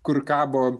kur kabo